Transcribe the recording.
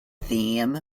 theme